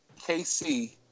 KC